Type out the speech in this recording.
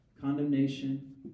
Condemnation